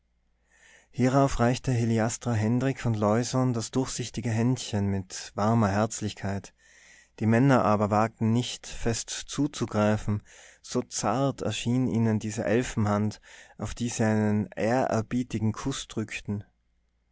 hierauf reichte heliastra hendrik und leusohn das durchsichtige händchen mit warmer herzlichkeit die männer aber wagten nicht fest zuzugreifen so zart erschien ihnen diese elfenhand auf die sie einen ehrerbietigen kuß drückten